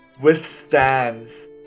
withstands